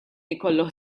ikollu